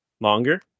Longer